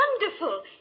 Wonderful